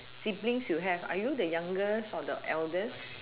siblings you have are you the youngest or the eldest